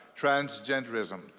transgenderism